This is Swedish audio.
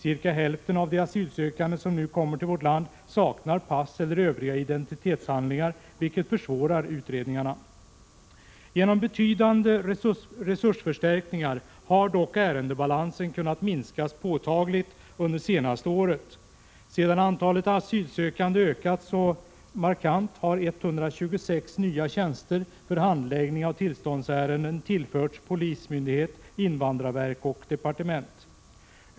Cirka hälften av de asylsökande som nu kommer till vårt land saknar pass eller övriga identitetshandlingar, vilket försvårar utredningarna. Genom betydande resursförstärkningar har dock ärendebalansen kunnat minskas påtagligt under det senaste året. Sedan antalet asylsökande ökat så markant, har 125 nya tjänster för handläggning av tillståndsärenden tillförts polismyndighet, invandrarverk och departement.